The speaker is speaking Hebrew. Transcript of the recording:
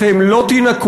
אתם לא תינקו.